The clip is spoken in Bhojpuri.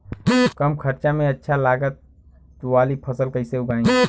कम खर्चा में अच्छा लागत वाली फसल कैसे उगाई?